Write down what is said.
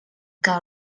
que